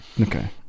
okay